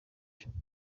eshatu